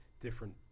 different